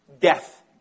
Death